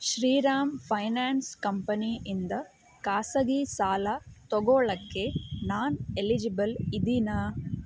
Shriram finance ಕಂಪನಿಯಿಂದ ಖಾಸಗಿ ಸಾಲ ತೊಗೋಳೋಕ್ಕೆ ನಾನು ಎಲಿಜಿಬಲ್ ಇದ್ದೀನಾ